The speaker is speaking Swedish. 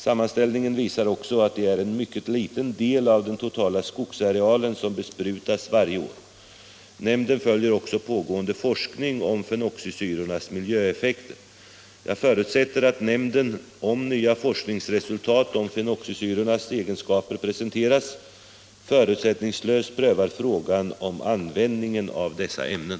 Sammanställningen visar också att det är en mycket liten del av den totala skogsarealen som besprutas varje år. Nämnden följer också pågående forskning om fenoxisyrornas miljöeffekter. Jag förutsätter att nämnden, om nya forskningsresultat om fenoxisyrornas egenskaper presenteras, förutsättningslöst prövar frågan om användningen av dessa ämnen.